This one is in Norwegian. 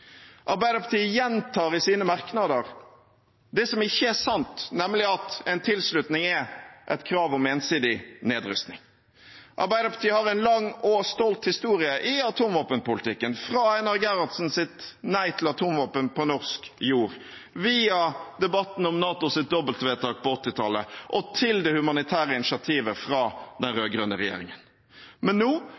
Arbeiderpartiet gjentar i sine merknader det som ikke er sant, nemlig at en tilslutning er et krav om ensidig nedrustning. Arbeiderpartiet har en lang og stolt historie i atomvåpenpolitikken – fra Einar Gerhardsens nei til atomvåpen på norsk jord via debatten om NATOs dobbeltvedtak på 1980-tallet og til det humanitære initiativet fra den rød-grønne regjeringen. Men nå